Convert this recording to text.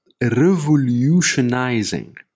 revolutionizing